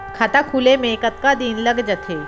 खाता खुले में कतका दिन लग जथे?